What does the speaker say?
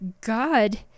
God